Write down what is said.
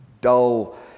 dull